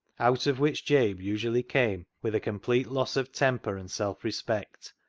out of which jabe usually came with a complete loss of temper and self-respect,